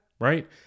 right